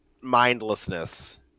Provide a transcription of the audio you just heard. mindlessness